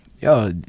yo